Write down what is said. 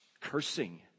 cursing